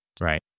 right